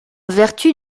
vertu